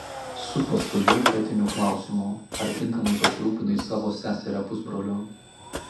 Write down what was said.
su pastoviu etiniu klausimu ar tinkamai pasirūpinai savo seseria pusbroliu